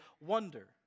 wonder